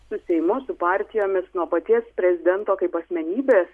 su seimu su partijomis nuo paties prezidento kaip asmenybės